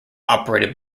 operated